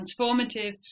transformative